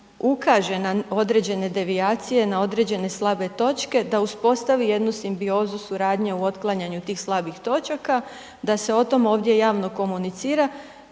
ukaže na određene devijacije na određene slabe točke, da uspostavi jednu simbiozu suradnje u otklanjanju tih slabih točaka, da se o tome, ovdje javno komunicira